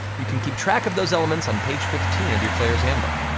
you can keep track of those elements on page fifteen of your player's handbook.